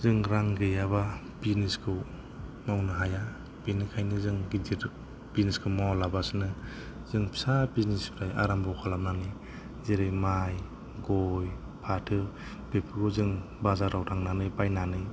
जों रां गैयाबा बिजिनेसखौ मावनो हाया बिनिखायनो जों गिदिर बिजिनेसखौ मावालाबासेनो जों फिसा बिजिनेस निफ्राय आरामब' खालामनानै जेरै माइ गय फाथो बेफोरखौ जों बाजाराव थांनानै बायनानै